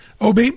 OB